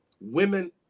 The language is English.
Women